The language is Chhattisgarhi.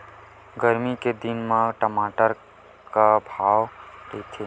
गरमी के दिन म टमाटर का भाव रहिथे?